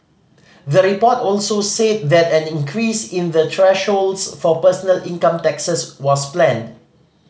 the report also said that an increase in the thresholds for personal income taxes was planned